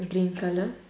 green colour